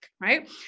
right